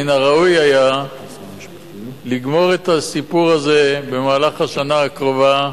מן הראוי היה לגמור את הסיפור הזה במהלך השנה הקרובה,